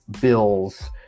Bills